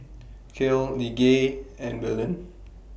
Cale Lige and Belen